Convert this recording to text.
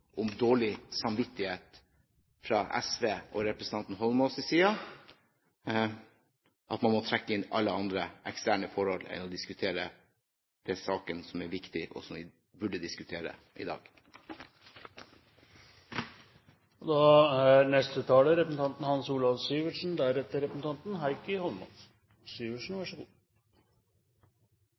om dårlig samvittighet fra SV og representanten Holmås' side, når man må trekke inn alle andre eksterne forhold i stedet for å diskutere den saken som er viktig, og som vi burde diskutere i dag. For det første vet jeg ikke i hvilken grad det er rimelig at statsråder skal stå her og